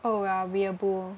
oh well we are both